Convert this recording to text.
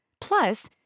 Plus